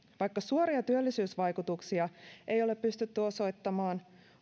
vaikka suoria työllisyysvaikutuksia ei ole pystytty osoittamaan